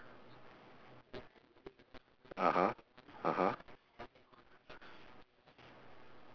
(uh huh) (uh huh)